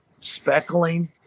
speckling